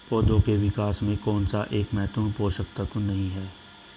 पौधों के विकास में कौन सा एक महत्वपूर्ण पोषक तत्व नहीं है?